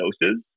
doses